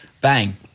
Bang